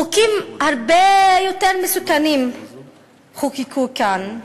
חוקים הרבה יותר מסוכנים חוקקו כאן,